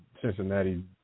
Cincinnati